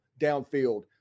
downfield